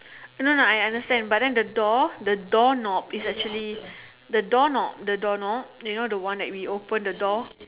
no no I understand but then the door the door knob is actually the door knob the door knob you know the one that we open the door